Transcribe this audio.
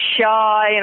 shy